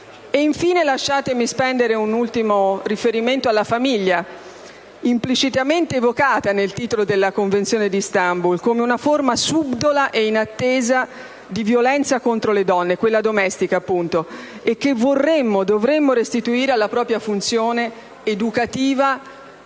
Infine, lasciatemi fare un ultimo riferimento alla famiglia, implicitamente evocata nel titolo della Convenzione di Istanbul come una forma subdola ed inattesa di violenza contro le donne - quella domestica, appunto - e che vorremmo e dovremmo restituire alla propria funzione educativa ed